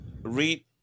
read